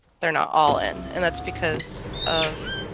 they're not all in and that's because of